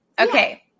Okay